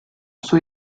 sua